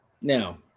Now